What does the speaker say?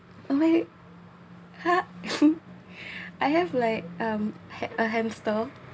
oh my god I have like um ha~ a hamster